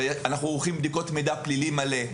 אנחנו עורכים בדיקות מידע פלילי מלא.